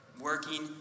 working